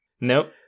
Nope